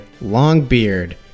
Longbeard